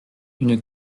une